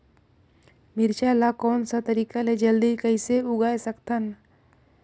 मिरचा ला कोन सा तरीका ले जल्दी कइसे उगाय सकथन?